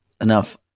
enough